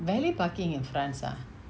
valet parking in france ah